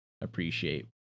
appreciate